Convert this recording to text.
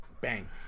Bang